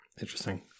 Interesting